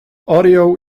audio